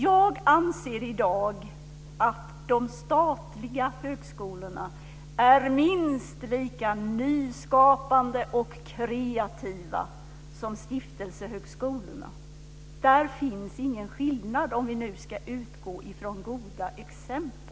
Jag anser i dag att de statliga högskolorna är minst lika nyskapande och kreativa som stiftelsehögskolorna. Där finns ingen skillnad, om vi nu ska utgå ifrån goda exempel.